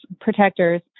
protectors